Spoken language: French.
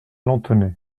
lanthenay